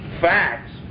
facts